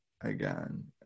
again